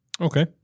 Okay